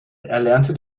erlernte